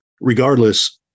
regardless